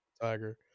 Tiger